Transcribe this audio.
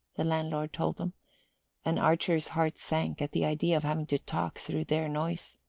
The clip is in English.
the landlord told them and archer's heart sank at the idea of having to talk through their noise.